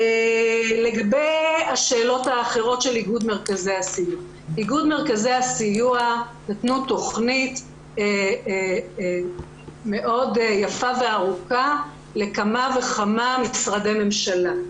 איגוד מרכזי הסיוע נתנו תכנית מאוד יפה וארוכה לכמה וכמה משרדי ממשלה.